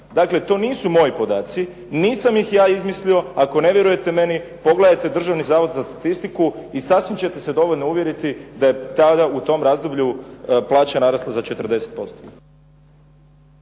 Dakle, to nisu moji podaci, nisam ih ja izmislio. Ako ne vjerujete meni pogledajte Državni zavod za statistiku i sasvim ćete se dovoljno uvjeriti da je tada u tom razdoblju plaća narasla za 40%.